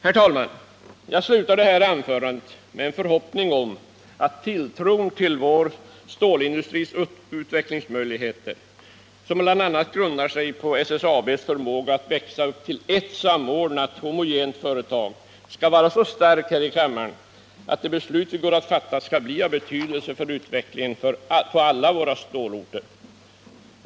Herr talman, jag slutar detta anförande med en förhoppning att tilltron till vår stålindustris utvecklingsmöjligheter, grundade på bl.a. SSAB:s förmåga att växa till ert samordnat, homogent företag, skall vara så stark här i kammaren, att det beslut vi nu går att fatta skall bli av betydelse för utvecklingen på alla våra stålorter.